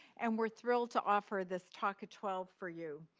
and we're thrilled to offer this talk at twelve for you.